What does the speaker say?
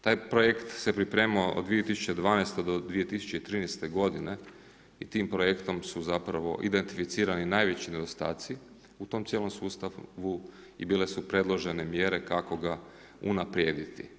Taj projekt se pripremao od 2012. do 2013. godine i tim projekt su zapravo identificirani najveći nedostaci u tom cijelom sustavu i bile su predložene mjere kako ga unaprijediti.